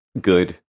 good